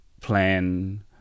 plan